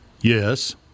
Yes